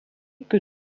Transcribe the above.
que